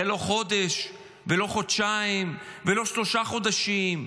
זה לא חודש ולא חודשיים, ולא שלושה חודשים,